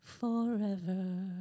forever